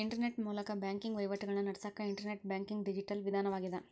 internet ಮೂಲಕ banking ವಹಿವಾಟಿಗಳನ್ನ ನಡಸಕ ಇಂಟರ್ನೆಟ್ ಬ್ಯಾಂಕಿಂಗ್ ಡಿಜಿಟಲ್ ವಿಧಾನವಾಗ್ಯದ